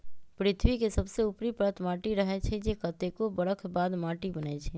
पृथ्वी के सबसे ऊपरी परत माटी रहै छइ जे कतेको बरख बाद माटि बनै छइ